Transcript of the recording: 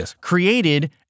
created